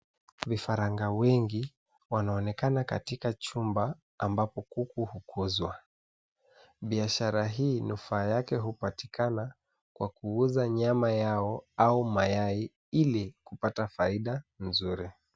Vifaranga wengi wanaonekana katika chumba ambapo kuku hukuzwa. Biashara hii nufaa yake hupatikana kwa kuuza nyama yao au mayai ili kupata faida nzuri.